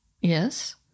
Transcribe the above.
Yes